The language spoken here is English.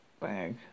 bag